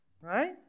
Right